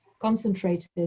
concentrated